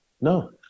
No